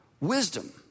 wisdom